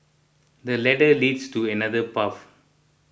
the ladder leads to another path